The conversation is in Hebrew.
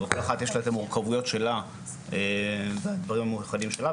כל אחת יש לה את המורכבויות שלה והדברים המיוחדים שלה,